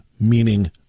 meaning